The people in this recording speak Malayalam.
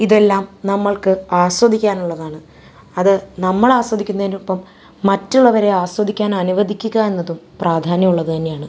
ഇതെല്ലാം നമ്മൾക്ക് ആസ്വദിക്കാനുള്ളതാണ് അത് നമ്മള് ആസ്വദിക്കുന്നതിനൊപ്പം മറ്റുള്ളവരെ ആസ്വദിക്കാൻ അനുവദിക്കുക എന്നതും പ്രാധാന്യമുള്ളത് തന്നെയാണ്